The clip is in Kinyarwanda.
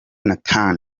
nathan